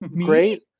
great